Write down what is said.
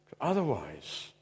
Otherwise